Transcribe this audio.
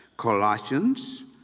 Colossians